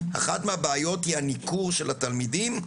אחת הבעיות היא הניכור של התלמידים,